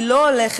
היא לא הולכת,